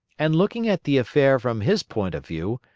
and looking at the affair from his point of view,